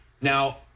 now